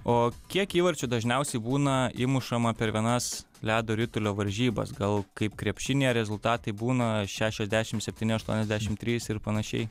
o kiek įvarčių dažniausiai būna įmušama per vienas ledo ritulio varžybas gal kaip krepšinyje rezultatai būna šešiasdešimt septyni aštuoniasdešimt trys ir panašiai